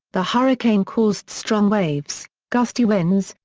the hurricane caused strong waves, gusty winds,